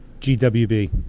GWB